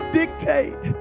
dictate